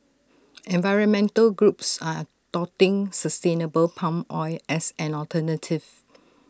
environmental groups are touting sustainable palm oil as an alternative